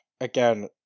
again